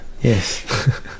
Yes